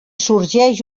sorgeix